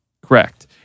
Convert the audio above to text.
Correct